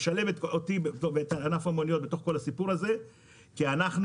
לשלב אותי ואת ענף המוניות בכל הסיפור הזה כי אנחנו